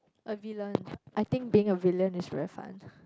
a villain I think being a villain is very fun